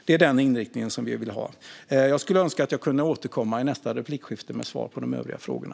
Det är den inriktningen vi vill ha. Jag skulle vilja återkomma i nästa replikskifte med svar på de övriga frågorna.